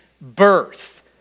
birth